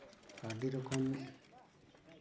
ᱟᱹᱰᱤ ᱨᱚᱠᱚᱢ